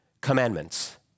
commandments